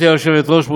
גברתי היושבת-ראש,